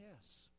yes